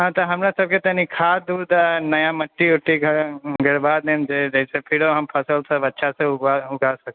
हँ तऽ हमरासभके कनि खाद उद नया मट्टी उट्टीके नहि फेरो हम फसलसभ अच्छासँ उगा सकी